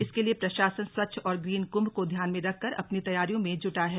इसके प्रशासन स्वच्छ और ग्रीन कुंभ को ध्यान में रखकर अपनी तैयारियों में जुटा है